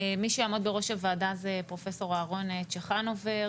מי שיעמוד בראש הוועדה זה פרופסור אהרון צ'חנובר.